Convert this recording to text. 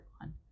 one